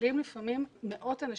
עולים לפעמים מאות אנשים,